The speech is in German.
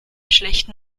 schlechten